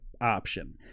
option